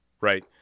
right